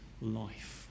life